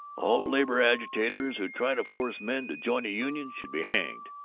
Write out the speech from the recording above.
all labor agitators who try to force men to join a union should be hanged.